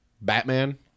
Batman